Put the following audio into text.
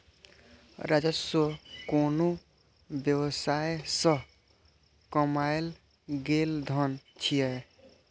राजस्व कोनो व्यवसाय सं कमायल गेल धन छियै